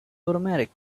automatic